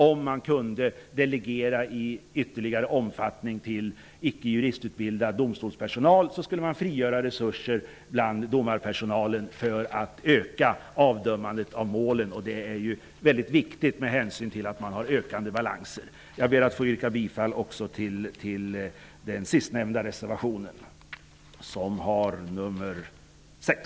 Om man kunde delegera i större omfattning till icke juristutbildad domstolspersonal skulle man frigöra resurser bland domarpersonalen och på så sätt öka avdömandet av målen. Det är viktigt med hänsyn till de ökande balanserna. Jag ber att få yrka bifall också till reservation 6.